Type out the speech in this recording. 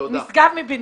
נשגב מבינתי.